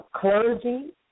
clergy